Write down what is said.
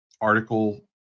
article